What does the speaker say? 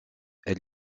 elle